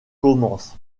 commence